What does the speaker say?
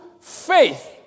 faith